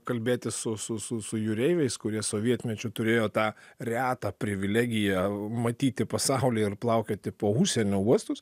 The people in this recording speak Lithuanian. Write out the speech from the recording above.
kalbėtis su su su jūreiviais kurie sovietmečiu turėjo tą retą privilegiją matyti pasaulį ir plaukioti po užsienio uostus